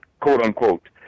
quote-unquote